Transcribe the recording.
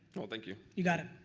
well, thank you. you got it,